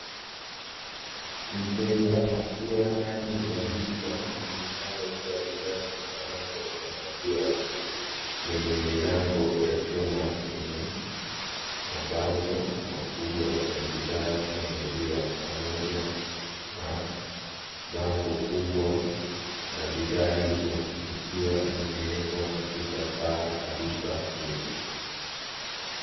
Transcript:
Mteja akiwa ndani ya duka linalouza bidhaa zitokanazo na maziwa, lenye milango ya chuma yenye mabango makubwa ya bidhaa za maziwa, pamoja na bango kubwa la bidhaa hizo, likiwa limewekwa katika paa la duka hilo.